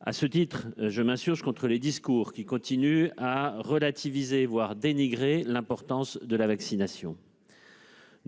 À ce titre, je m'insurge contre les discours qui continuent à relativiser, voire à dénigrer l'importance de la vaccination. Très bien !